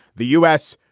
the u s.